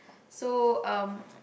so um